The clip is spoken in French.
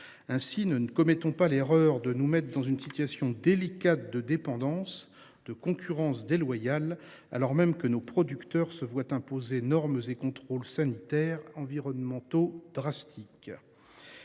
chose. Ne commettons donc pas l’erreur de nous mettre dans une situation délicate de dépendance ou de concurrence déloyale, alors même que nos producteurs se voient imposer normes et contrôles sanitaires et environnementaux drastiques.